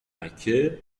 مکه